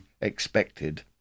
expected